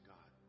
God